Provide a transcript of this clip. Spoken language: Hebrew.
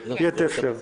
אם לא, אני אטפל בזה.